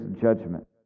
judgment